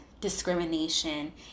discrimination